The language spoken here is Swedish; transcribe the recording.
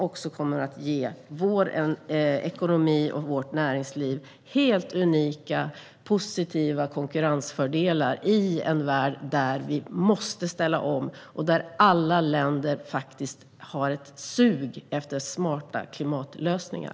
Detta kommer att ge vår ekonomi och vårt näringsliv helt unika positiva konkurrensfördelar i en värld där vi måste ställa om och där alla länder har ett sug efter smarta klimatlösningar.